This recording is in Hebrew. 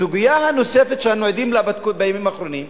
הסוגיה הנוספת שאנו עדים לה בימים האחרונים,